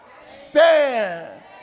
stand